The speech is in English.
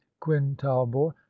quintalbor